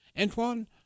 Antoine